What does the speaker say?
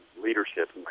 leadership